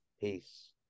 Peace